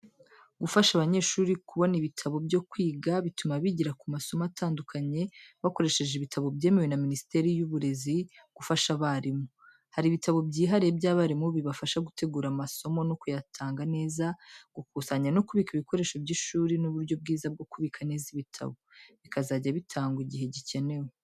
Gufasha abanyeshuri kubona ibitabo byo kwiga bituma bigira ku masomo atandukanye bakoresheje ibitabo byemewe na Minisiteri y'Uburezi gufasha abarimu, hari ibitabo byihariye by’abarimu bibafasha gutegura amasomo no kuyatanga neza, gukusanya no kubika ibikoresho by’ishuri n'uburyo bwiza bwo kubika neza ibitabo, bikazajya bitangwa igihe bikenewe.